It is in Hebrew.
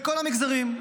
בכל המגזרים,